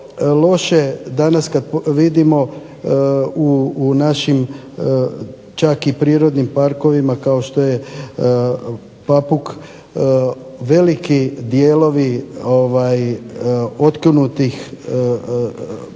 danas kad vidimo u našim čak i prirodnim parkovima, kao što je Papuk, veliki dijelovi otkinutih,